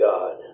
God